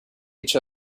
each